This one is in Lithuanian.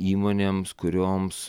įmonėms kurioms